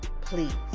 Please